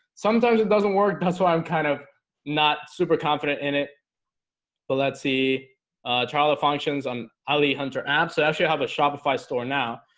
sometimes it doesn't work that's why i'm kind of not super confident in it so, but let's see trial of functions on holly hunter app, so if you have a shopify store now,